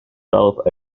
developed